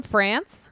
France